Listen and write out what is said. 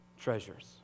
treasures